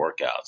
workouts